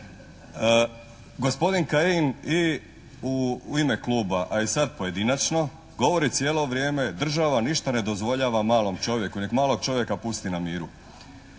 gospodin Kajin i u ime kluba, a i sad pojedinačno govori cijelo vrijeme država ništa ne dozvoljava malom čovjeka. Nek malog čovjeka pusti na miru.